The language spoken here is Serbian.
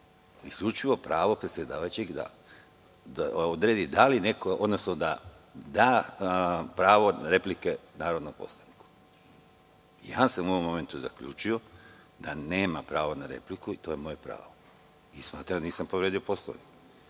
isključivo pravo predsedavajućeg da odredi da li neko, odnosno da da pravo replike narodnom poslaniku. U ovom momentu sam zaključio da nema pravo na repliku i to je moje pravo. Smatram da nisam povredio Poslovnik.